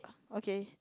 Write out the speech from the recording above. okay